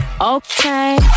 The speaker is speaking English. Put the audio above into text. Okay